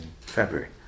February